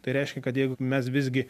tai reiškia kad jeigu mes visgi